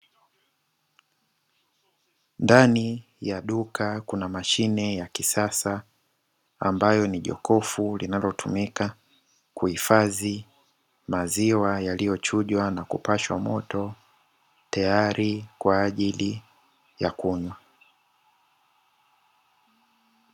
Ndani ya duka kuna mashine ya kisasa ambayo ni jokofu linalotumika kuhifadhi maziwa yaliyo chujwa na kupashwa moto tayari kwa ajili ya kunywa.